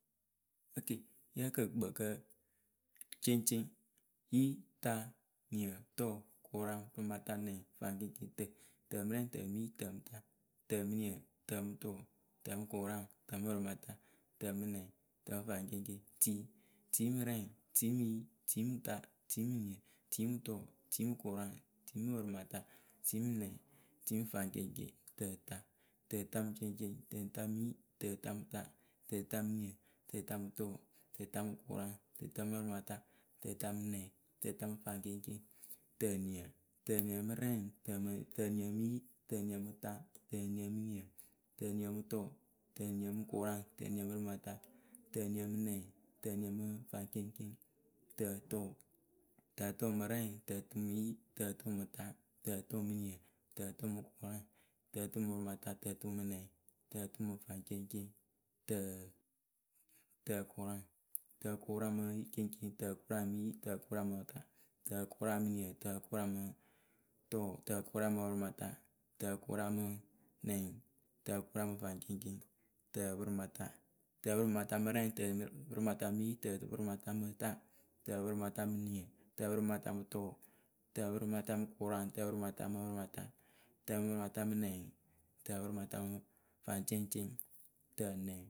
Oke nǝ́ǝ kǝ Kɨkpǝǝkǝǝ, ceŋceŋ, yi, ta, niǝ, tʊʊ, kʊraŋ, pɨmata, nɛŋ, faŋceŋceŋ, tǝ, tǝmɨrɛŋ, tǝmɨyi, tǝmɨta, tǝmɨniǝ, tǝmɨtʊʊ, tǝmɨkʊraŋ, tǝmɨpɨrɩmata, tɛmɨnɛŋ, tǝmɨfaŋceŋceŋ, tii, tiimɨrɛŋ. timɨyi, tiimɨta, tiimɨniǝ, tiimɨtʊʊ, tiimɨkʊraŋ, tiimɨpɨrɩmata, tiimɨnɛŋ, iimɨfaŋceŋceŋ, tǝta, tǝtamɨceŋceŋ, tǝtamɨyi, tǝtamɨta, tǝtamɨniǝ, tǝtamɨtʊʊ, tǝtamɨpɨrɩmata. tǝtamɨnɛŋ, tǝtamɨfaŋceŋceŋ, tǝniǝ, tǝniǝmɨrɛŋ, tǝmɨ tǝniǝmɨyi, tǝniǝmɨta, tǝniǝmɨniǝ, tǝniǝmɨtʊʊ, tǝniǝmɨkʊraŋ, tǝniǝpɨrɩmata, tǝniǝmɨnɛŋ, tǝniǝmɨfaŋceŋceŋ, tǝtʊʊ, tǝtʊʊmɨrɛŋ, tǝtʊʊmɨyi, tǝtʊʊmɨta, tǝtʊʊmɨniǝ, tǝtʊʊmɨkʊraŋ, tǝtʊʊmɨpɨmata, tǝtʊʊmɨnɛŋ, tǝtʊʊmɨfaŋceŋceŋ. tǝǝ, tǝkʊraŋ, tǝkʊraŋmɨceŋceŋ, tǝkʊraŋmɨyi, tǝkʊraŋmɨta, tǝkʊraŋmɨniǝ, tǝkʊraŋmɨɨ, tʊʊ, tǝkʊraŋmɨpɨmata, tǝkʊraŋmɨnɛŋ, tǝkʊraŋmɨfaŋceŋceŋ, tǝpɨrɩmata, tǝpɨrɨmatamɨrɛŋ, tɛpɨrɨmatamɨyi, tǝpɨrɩmatamɨta, tǝpɨrɨmatamɨniǝ, tǝpɨrɨmatamɨtʊʊ, tǝpɨrɨmatamɨkʊraŋ, tǝpɨrɨmatamɨpɨrɨmata, tǝmɨpɨrɨmatamɨnɛŋ, tǝpɨrɨmatamɨɨ, faŋceŋceŋ, tǝnɛŋ